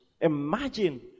Imagine